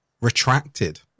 retracted